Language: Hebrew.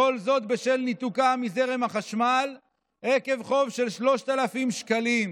כל זאת בשל ניתוקה מזרם החשמל עקב חוב של 3,000 שקלים.